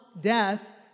death